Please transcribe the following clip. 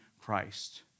Christ